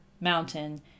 mountain